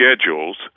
schedules